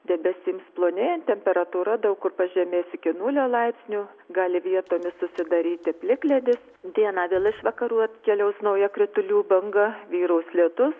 debesims plonėjant temperatūra daug kur pažemės iki nulio laipsnių gali vietomis susidaryti plikledis dieną vėl iš vakarų atkeliaus nauja kritulių banga vyraus lietus